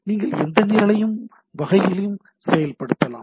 நீங்கள் எந்த நிரலையும் வகைகளையும் செயல்படுத்தலாம்